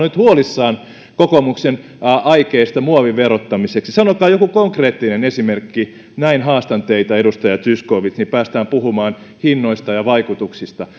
nyt huolissaan kokoomuksen aikeista muovin verottamiseksi sanokaa joku konkreettinen esimerkki näin haastan teitä edustaja zyskowicz niin päästään puhumaan hinnoista ja vaikutuksista